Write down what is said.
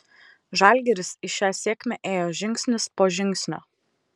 žalgiris į šią sėkmę ėjo žingsnis po žingsnio